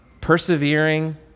persevering